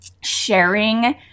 sharing